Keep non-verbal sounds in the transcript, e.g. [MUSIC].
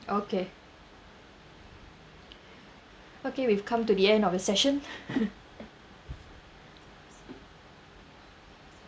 okay okay we've come to the end of a session [LAUGHS]